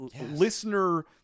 listener-